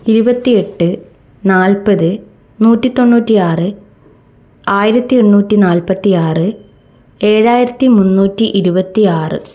ഇരുപത്തിയെട്ട് നാൽപ്പത് നൂറ്റിതൊണ്ണൂറ്റിയാറ് ആയിരത്തി എണ്ണൂറ്റി നാൽപ്പത്തിയാറ് ഏഴായിരത്തി മുന്നൂറ്റി ഇരുപത്തിയാറ്